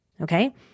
okay